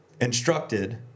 instructed